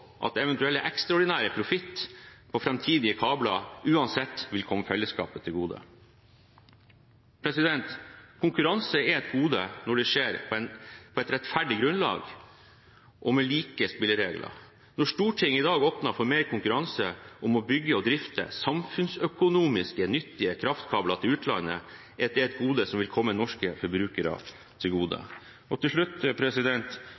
at eventuell ekstraordinær profitt på framtidige kabler uansett vil komme fellesskapet til gode. Konkurranse er et gode når det skjer på et rettferdig grunnlag og med like spilleregler. Når Stortinget i dag åpner for mer konkurranse om å bygge og drifte samfunnsøkonomisk nyttige kraftkabler til utlandet, er det et gode som vil komme norske forbrukere til